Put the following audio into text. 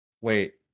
Wait